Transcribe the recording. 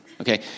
Okay